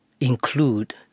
include